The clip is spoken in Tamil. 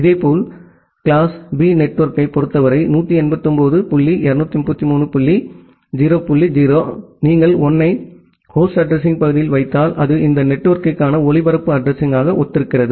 இதேபோல் கிளாஸ் பி நெட்வொர்க்கைப் பொறுத்தவரை 189 டாட் 233 டாட் 0 டாட் 0 நீங்கள் 1 ஐ ஹோஸ்ட் அட்ரஸிங்பகுதியில் வைத்தால் அது இந்த நெட்வொர்க்கிற்கான ஒளிபரப்பு அட்ரஸிங்க்கு ஒத்திருக்கிறது